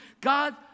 God